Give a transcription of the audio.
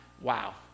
wow